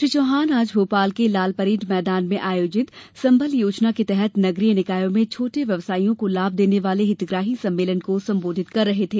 श्री चौहान आज भोपाल के लाल परेड़ मैदान में आयोजित संबल योजना के तहत नगरीय निकायों में छोटे व्यवसायियों को लाभ देने वाले हितग्राही सम्मेलन को संबोधित कर रहे थे